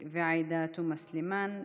2537 ו-2538,